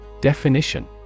Definition